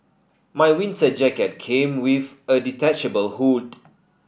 my winter jacket came with a detachable hood